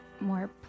more